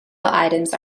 items